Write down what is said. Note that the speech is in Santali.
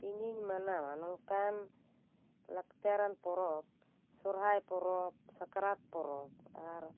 ᱤᱧᱤᱧ ᱢᱟᱱᱟᱣᱟ ᱱᱚᱝᱠᱟᱱ ᱞᱟᱠᱪᱟᱨᱟᱱ ᱯᱚᱨᱚᱵᱽ ᱥᱚᱨᱦᱟᱭ ᱯᱚᱨᱚᱵᱽ ᱥᱟᱠᱨᱟᱛ ᱯᱚᱨᱚᱵᱽ ᱟᱨ